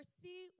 see